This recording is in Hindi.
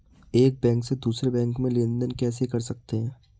एक बैंक से दूसरे बैंक में लेनदेन कैसे कर सकते हैं?